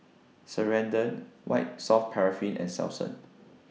Ceradan White Soft Paraffin and Selsun